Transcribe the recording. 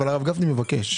אבל הרב גפני מבקש.